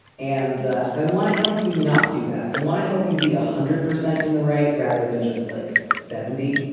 and ah i want to help you not do that. i want to help you be one ah hundred percent in the right rather than just like seventy.